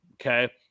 okay